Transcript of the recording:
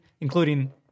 including